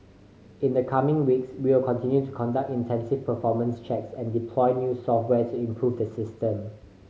in the coming weeks we will continue to conduct intensive performance checks and deploy new software to improve the system